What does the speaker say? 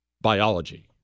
biology